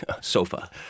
sofa